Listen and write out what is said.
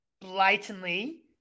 blatantly